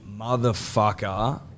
motherfucker